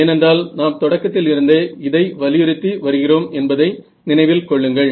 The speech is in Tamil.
ஏனென்றால் நாம் தொடக்கத்தில் இருந்தே இதை வலியுறுத்தி வருகிறோம் என்பதை நினைவில் கொள்ளுங்கள்